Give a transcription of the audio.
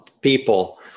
people